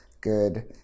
good